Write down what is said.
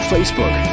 Facebook